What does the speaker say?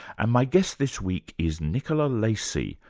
and my guest this week is nicola lacey,